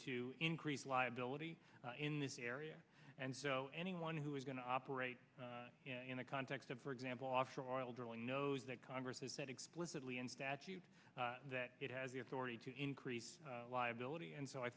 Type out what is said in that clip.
to increase liability in this area and so anyone who is going to operate in the context of for example offshore oil drilling knows that congress has that explicitly in statute that it has the authority to increase liability and so i